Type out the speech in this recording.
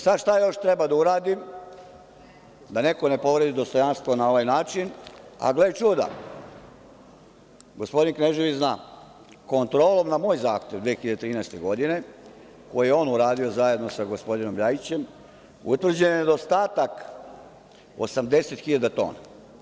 Sad, šta još treba da uradim da neko ne povredi dostojanstvo na ovaj način, a gle čuda, gospodin Knežević zna, kontrolom na moj zahtev 2013. godine, koju je on uradio zajedno sa gospodinom LJajićem, utvrđeno je da ostatak 80 hiljada tona.